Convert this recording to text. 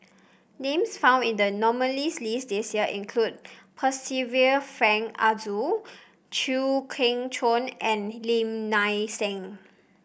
names found in the nominees' list this year include Percival Frank Aroozoo Chew Kheng Chuan and Lim Nang Seng